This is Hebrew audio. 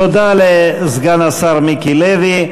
תודה לסגן השר מיקי לוי.